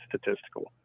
statistical